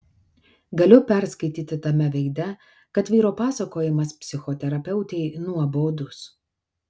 galiu perskaityti tame veide kad vyro pasakojimas psichoterapeutei nuobodus